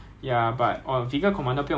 to the left enemy A B C fire 那种